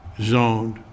Zoned